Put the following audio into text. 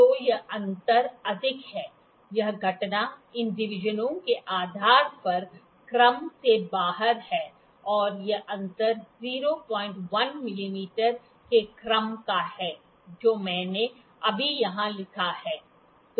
तो यह अंतर अधिक है यह घटना इन डिवीजनों के आधार पर क्रम से बाहर है यह अंतर 01 मिमी के क्रम का है जो मैंने अभी यहां लिखा है